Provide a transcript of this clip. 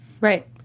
Right